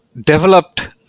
developed